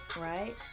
right